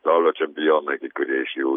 pasaulio čempionai kai kurie iš jų